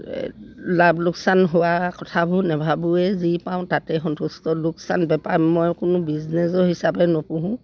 লাভ লোকচান হোৱা কথাবোৰ নাভাবোৱেই যি পাওঁ তাতে সন্তুষ্ট লোকচান বেপাৰ মই কোনো বিজনেছৰ হিচাপে নোপোহোঁ